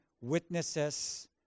witnesses